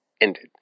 ended